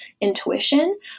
intuition